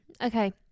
Okay